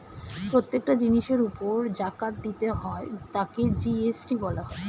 প্রত্যেকটা জিনিসের উপর জাকাত দিতে হয় তাকে জি.এস.টি বলা হয়